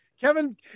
Kevin